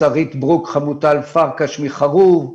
שרית ברוק וחמוטל פרקש מ'חרוב',